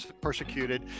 persecuted